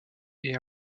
est